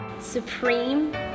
supreme